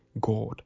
God